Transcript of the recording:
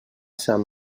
sant